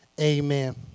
amen